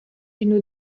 d’une